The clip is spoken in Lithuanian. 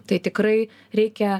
tai tikrai reikia